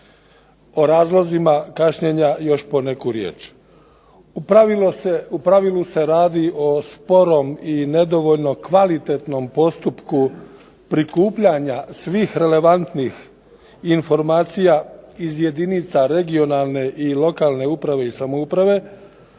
O razlozima kašnjenja još poneku riječ. U pravilu se radi o sporom i nedovoljno kvalitetnom postupku prikupljanja svih relevantnih informacija iz jedinica regionalne i lokalne uprave i samouprave,